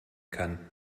kann